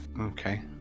Okay